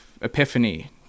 epiphany